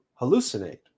hallucinate